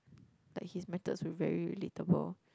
that his methods were very relatable